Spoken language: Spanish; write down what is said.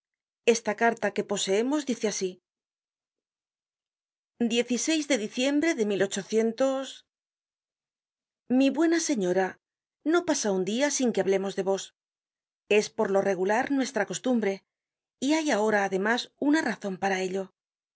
esta carta que poseemos dice así de diciembre de ik mi buena señora no pasa un dia sin que hablemos de vos es por lo regular nuestra costumbre y hay ahora además una razon para ello